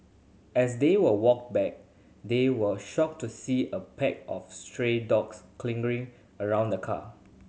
as they were walked back they were shocked to see a pack of stray dogs circling around the car